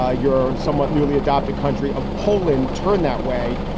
ah your somewhat newly adopted country of poland, turn that way?